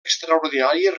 extraordinària